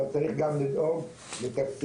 אבל צריך לדאוג גם לתקציבים.